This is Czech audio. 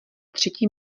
třetí